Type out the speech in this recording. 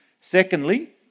Secondly